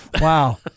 Wow